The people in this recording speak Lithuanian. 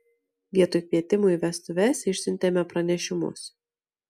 vietoj kvietimų į vestuves išsiuntėme pranešimus